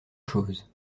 chose